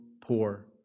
poor